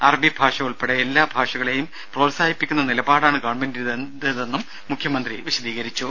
അറബി ഭാഷ ഉൾപ്പെടെ എല്ലാ ഭാഷകളേയും പ്രോത്സാഹിപ്പിക്കുന്ന നിലപാടാണ് ഗവൺമെന്റിന്റേതെന്നും മുഖ്യമന്ത്രി വിശദീകരിച്ചു